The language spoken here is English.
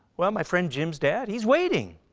well, my friend jim's dad he's waiting.